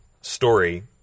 story